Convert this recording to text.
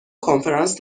کنفرانس